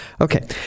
Okay